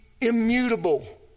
immutable